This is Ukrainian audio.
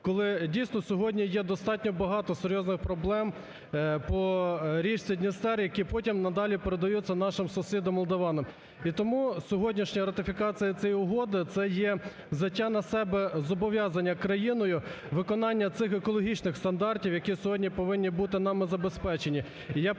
коли, дійсно, сьогодні є багато достатньо серйозних проблем по річці Дністер, які потім, надалі передаються нашим сусідам молдаванам. І тому сьогоднішня ратифікаціє цієї угоди це є взяття на себе країною виконання цих екологічних стандартів, які сьогодні повинні бути нами забезпечені.